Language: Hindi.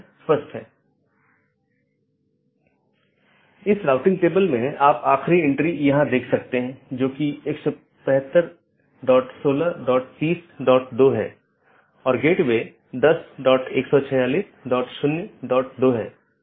एक गैर मान्यता प्राप्त ऑप्शनल ट्रांसिटिव विशेषता के साथ एक पथ स्वीकार किया जाता है और BGP साथियों को अग्रेषित किया जाता है